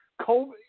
COVID